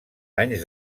anys